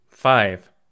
Five